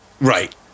Right